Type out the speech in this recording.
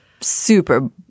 super